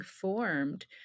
formed